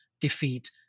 defeat